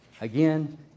again